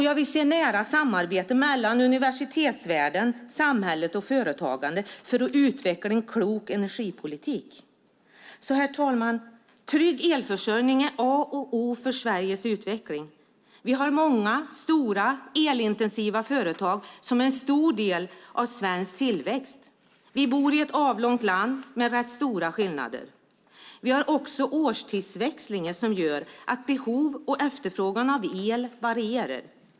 Jag vill se ett nära samarbete mellan universitetsvärlden, samhället och företagandet för att utveckla en klok energipolitik. Herr talman! Trygg elförsörjning är A och O för Sveriges utveckling. Vi har många stora elintensiva företag som är en stor del av svensk tillväxt. Vi bor i ett avlångt land med rätt stora skillnader. Vi har också årstidsväxlingar som gör att behov av och efterfrågan på el varierar.